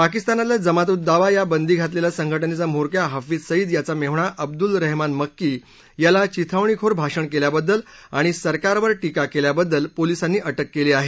पाकिस्तानातल्या जमात उद दावा या बंदी घातलेल्या संघटनेचा म्होरक्या हफीझ सईद याचा मेव्हणा अब्दुल रेहमान मक्की याला चिथावणीखोर भाषण केल्याबद्दल आणि सरकारवर टीका केल्याबद्दल पोलिसांनी अटक केली आहे